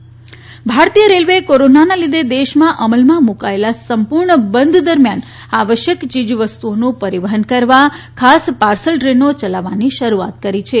railway ભારતીય રેલ્વેએ કોરોનાના લીધે દેશમાં અમલમાં મૂકાયેલ સંપૂર્ણ બંધ દરમ્યાન આવશ્યક ચીજ વસ્તુઓનુ પરીવહન કરવા ખાસ પાર્સલ ટ્રેનો ચલાવવાની શરૂઆત કરી છે